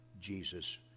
Jesus